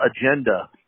agenda